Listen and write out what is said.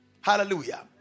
Hallelujah